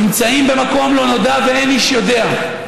נמצאים במקום לא נודע ואין איש יודע.